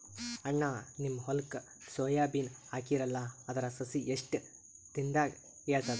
ಅಣ್ಣಾ, ನಿಮ್ಮ ಹೊಲಕ್ಕ ಸೋಯ ಬೀನ ಹಾಕೀರಲಾ, ಅದರ ಸಸಿ ಎಷ್ಟ ದಿಂದಾಗ ಏಳತದ?